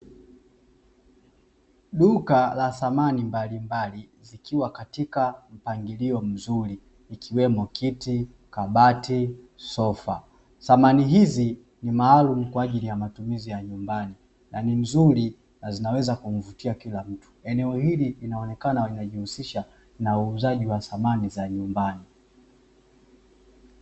Duka la samani mbalimbali zikiwa katika mpangilio mzuri ikiwemo; kiti, kabati, sofa. Samani hizi ni maalumu kwa ajili ya matumizi ya nyumbani na ni nzuri na zinaweza kumfikia kila mtu, eneo hili linaonekana wanajihusisha na uuzaji wa samani za nyumbani.